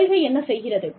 கொள்கை என்ன செய்கிறது